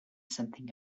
something